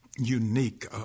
unique